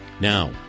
Now